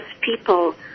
people